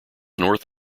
north